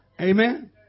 Amen